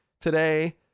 today